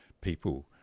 people